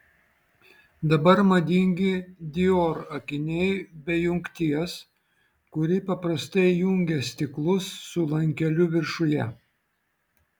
dabar madingi dior akiniai be jungties kuri paprastai jungia stiklus su lankeliu viršuje